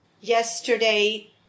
Yesterday